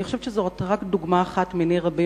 אני חושבת שזאת רק דוגמה אחת מני רבות